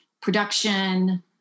production